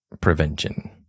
prevention